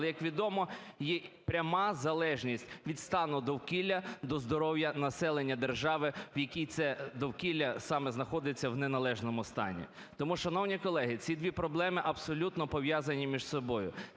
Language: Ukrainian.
Але, як відомо, є пряма залежність від стану довкілля до здоров'я населення державі, в якій це довкілля саме знаходиться в неналежному стані. Тому, шановні колеги, ці дві проблеми абсолютно пов'язані між собою.